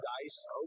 dice